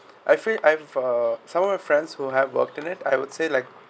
I feel I've uh some of my friends who had worked in it I would say like